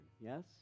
Yes